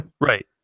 Right